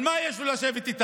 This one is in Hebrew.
על מה יש לו לשבת איתם?